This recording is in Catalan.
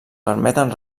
permeten